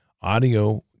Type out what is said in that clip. audio